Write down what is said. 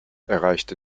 erreichte